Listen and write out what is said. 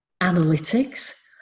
analytics